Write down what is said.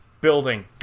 building